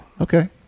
okay